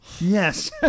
Yes